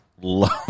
love